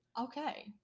Okay